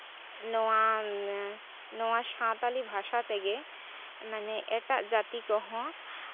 ᱱᱚᱣᱟ ᱥᱟᱱᱛᱟᱲᱤ ᱵᱷᱟᱥᱟ ᱛᱮᱜᱮ ᱢᱟᱱᱮ ᱮᱴᱟᱜ ᱡᱟᱹᱛᱤ ᱠᱚᱦᱚᱸ